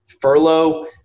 furlough